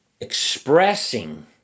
expressing